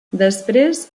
després